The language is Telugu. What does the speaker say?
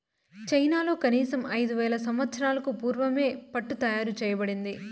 చైనాలో కనీసం ఐదు వేల సంవత్సరాలకు పూర్వమే పట్టు తయారు చేయబడింది